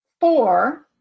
Four